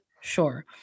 Sure